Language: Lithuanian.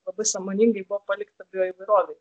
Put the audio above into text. labai sąmoningai buvo palikta bioįvairovei